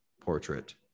portrait